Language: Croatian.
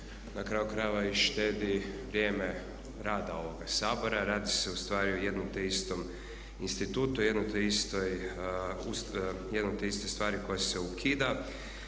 na kraju krajeva i štedi vrijeme rada ovoga Sabora, radi se ustvari o jednom te istom institutu i jedno te istoj stvari koja se ukida.